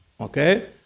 okay